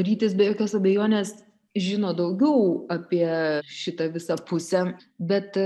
rytis be jokios abejonės žino daugiau apie šitą visą pusę bet